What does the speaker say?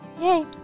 Yay